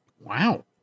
Wow